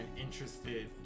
interested